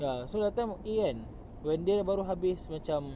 ya so that time A kan when dia baru habis macam